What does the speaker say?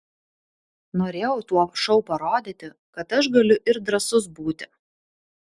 norėjau tuo šou parodyti kad aš galiu ir drąsus būti